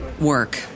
work